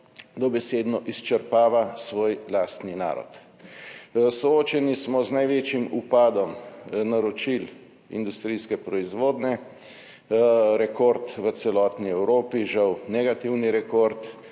dobesedno izčrpava svoj lastni narod. Soočeni smo z največjim upadom naročil industrijske proizvodnje, rekord v celotni Evropi - žal negativni rekord.